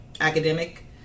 academic